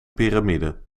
piramide